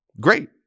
great